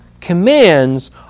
commands